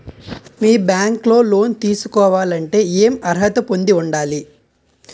మీ bank లో loan తీసుకోవాలంటే ఎం అర్హత పొంది ఉండాలి?